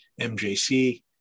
mjc